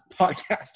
podcast